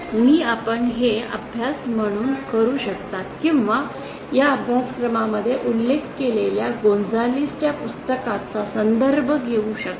आणि मी आपण हे एक अभ्यास म्हणून करू शकता किंवा या अभ्यासक्रमामध्ये उल्लेख केलेल्या गोंझालेझ च्या पुस्तकाचा संदर्भ घेऊ शकता